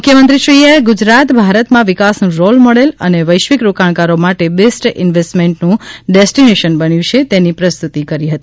મુખ્યમંત્રીશ્રીએ ગુજરાત ભારતમાં વિકાસનું રોલ મોડેલ અને વૈશ્વિક રોકાણકારો માટે બેસ્ટ ઇન્વેસ્ટમેન્ટ ડેસ્ટિનેશન બન્યું છે તેની પ્રસ્તુતિ કરી હતી